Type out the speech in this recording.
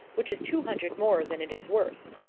which is two hundred more than it is worth.